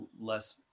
less